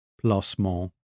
placement